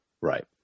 Right